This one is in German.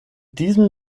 diesem